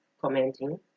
commenting